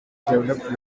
developed